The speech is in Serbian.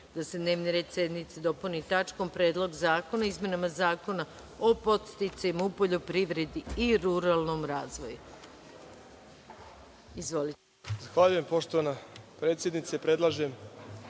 da se dnevni red sednice dopuni tačkom – Predlog zakona o izmenama Zakona o podsticajima u poljoprivredi i ruralnom